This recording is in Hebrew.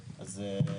שלהם.